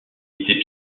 était